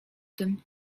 tym